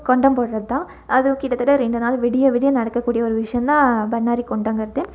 கொண்டம் போடுறது தான் அது கிட்டத்தட்ட ரெண்டு நாள் விடிய விடிய நடக்க கூடிய ஒரு விஷயந்தான் பண்ணாரி கொண்டங்கிறது